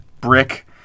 Brick